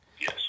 Yes